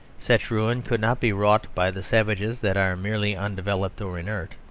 such ruin could not be wrought by the savages that are merely undeveloped or inert.